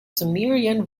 sumerian